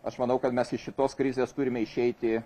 aš manau kad mes iš šitos krizės turime išeiti